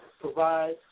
provide